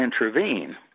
intervene